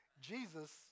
Jesus